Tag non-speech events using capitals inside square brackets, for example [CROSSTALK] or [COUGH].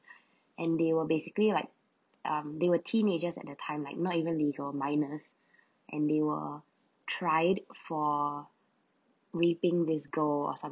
[BREATH] and they were basically like um they were teenagers at that time like not even legal miners [BREATH] and they were tried for whipping these gold or some